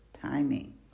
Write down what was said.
timing